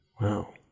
wow